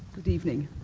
good evening.